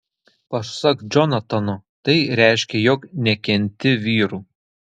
pasak džonatano tai reiškia jog nekenti vyrų